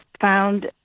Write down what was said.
found